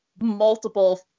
multiple